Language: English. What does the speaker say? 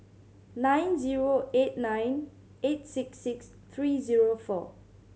nine zero eight nine eight six six three zero four